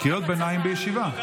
קריאות ביניים, בישיבה.